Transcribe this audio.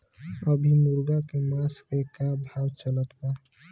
अभी मुर्गा के मांस के का भाव चलत बा?